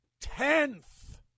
tenth